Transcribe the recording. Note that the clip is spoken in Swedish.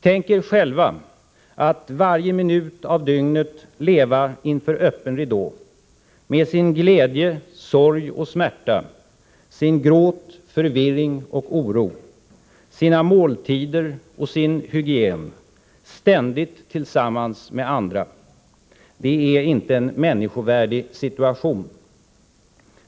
Tänk er själva att varje minut av dygnet leva inför öppen ridå med sin gläde, sorg och smärta, sin gråt, förvirring och oro, sina måltider och sin hygien ständigt tillsammans med andra! Det är inte en människovärdig situation.